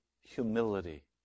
humility